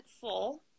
full